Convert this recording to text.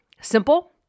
simple